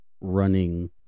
running